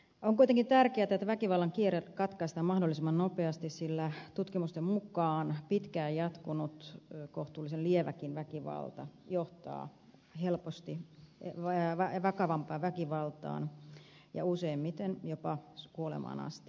on kuitenkin tärkeätä että väkivallan kierre katkaistaan mahdollisimman nopeasti sillä tutkimusten mukaan pitkään jatkunut kohtuullisen lieväkin väkivalta johtaa helposti vakavampaan väkivaltaan ja useimmiten jopa kuolemaan asti